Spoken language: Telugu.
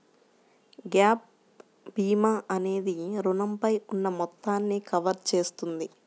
గ్యాప్ భీమా అనేది రుణంపై ఉన్న మొత్తాన్ని కవర్ చేస్తుంది